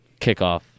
kickoff